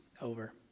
over